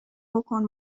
بکن